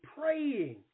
praying